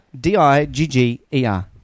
d-i-g-g-e-r